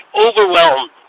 overwhelmed